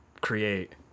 create